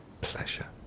Pleasure